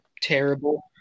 terrible